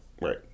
Right